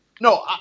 No